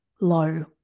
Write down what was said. low